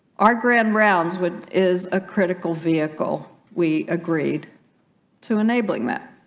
our grand rounds would is a critical vehicle we agreed to enabling that